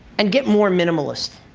and get more minimalist.